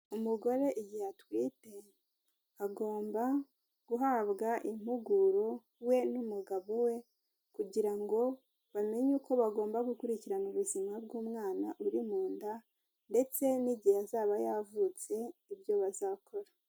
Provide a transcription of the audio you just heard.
Umugore igihe atwite, agomba guhabwa impuguro we n'umugabo we kugira ngo bamenye uko bagomba gukurikirana ubuzima bw'umwana uri mu nda ndetse n'igihe azaba yavutse, ibyo bazakora.